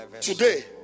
Today